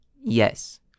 Yes